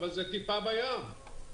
אבל זה טיפה בים.